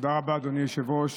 תודה רבה, אדוני היושב-ראש.